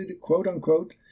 quote-unquote